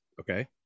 okay